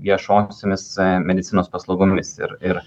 viešosiomis medicinos paslaugomis ir ir